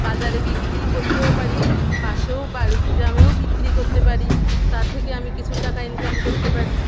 বাজারে বিক্রি করতেও পারি পাশেও বাড়ি গ্রামেও বিক্রি করতে পারি তা থেকে আমি কিছু টাকা ইনকাম করতে পারি